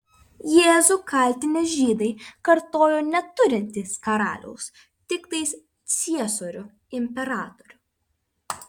jėzų kaltinę žydai kartojo neturintys karaliaus tiktai ciesorių imperatorių